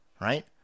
Right